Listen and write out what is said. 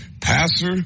passer